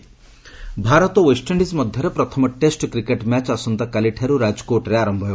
cricket Bharat ଓ West Indies ମଧ୍ୟରେ ପ୍ରଥମ ଟେଷ୍ଟ କ୍ରିକେଟ୍ ମ୍ୟାଚ୍ ଆସନ୍ତାକାଲିଠାର୍ ରାଜକୋଟ୍ରେ ଆରମ୍ଭ ହେବ